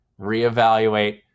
reevaluate